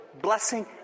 blessing